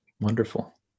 Wonderful